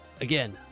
again